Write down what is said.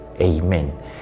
Amen